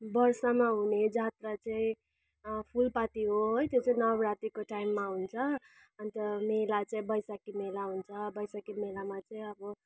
वर्षमा हुने जात्रा चाहिँ फुलपाती हो है त्यो चाहिँ नवरात्रिको टाइममा हुन्छ अन्त मेला चाहिँ वैशाखी मेला हुन्छ वैशाखी मेलामा चाहिँ अब